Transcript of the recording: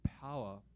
power